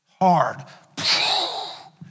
Hard